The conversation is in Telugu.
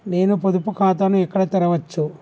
నేను పొదుపు ఖాతాను ఎక్కడ తెరవచ్చు?